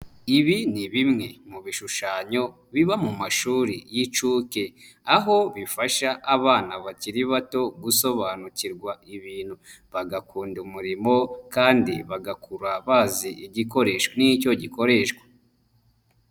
Ibi ni bimwe mu bishushanyo biba mu mashuri y'inshuke, aho bifasha abana bakiri bato gusobanukirwa ibintu, bagakunda umurimo kandi bagakura bazi igikoresho n'icyo gikoreshwa.